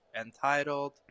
entitled